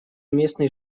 местный